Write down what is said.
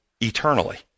eternally